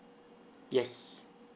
yes